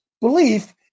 belief